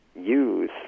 use